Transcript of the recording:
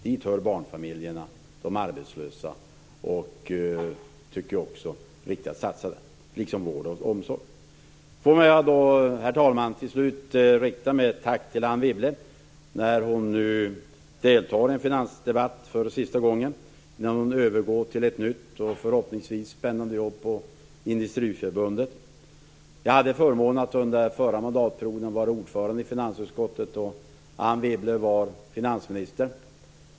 Dit hör barnfamiljerna och de arbetslösa. Det är därför riktigt att satsa på dem liksom på vård och omsorg. Herr talman! Till slut vill jag rikta ett tack till Anne Wibble när hon nu deltar i en finansdebatt för sista gången innan hon övergår till ett nytt och förhoppningsvis spännande jobb på Industriförbundet. Jag hade förmånen att under den förra mandatperioden vara ordförande i finansutskottet. Anne Wibble var då finansminister.